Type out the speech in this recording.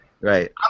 Right